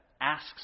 asks